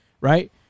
Right